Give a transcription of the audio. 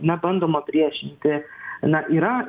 nebandoma priešinti na yra